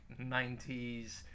90s